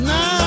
Now